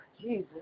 Jesus